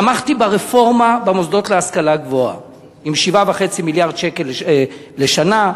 תמכתי ברפורמה במוסדות להשכלה גבוהה עם 7.5 מיליארד שקל לשנה.